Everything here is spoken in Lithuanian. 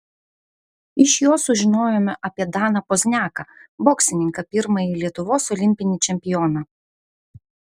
iš jo sužinojome apie daną pozniaką boksininką pirmąjį lietuvos olimpinį čempioną